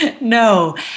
No